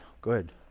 Good